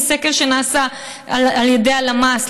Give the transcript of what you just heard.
בסקר שנעשה על ידי הלמ"ס,